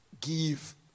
give